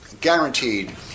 Guaranteed